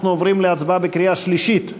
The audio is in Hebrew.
אנחנו עוברים להצבעה בקריאה שלישית.